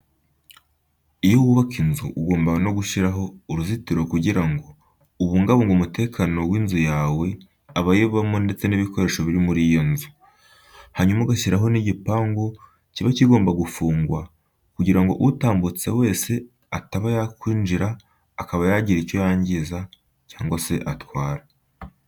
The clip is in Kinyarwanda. Iyo wubaka inzu ugomba no gushyiraho uruzitiro kugira ngo ubungabunge umutekano w'inzu yawe abayibamo ndetse n'ibikoresho biri muri iyo nzu. Hanyuma ugashyiraho n'igipangu kiba kigomba gufungwa kugira ngo utambutse wese ataba yakwinjira akaba yagira ibyo yangiza cyangwa se atwara.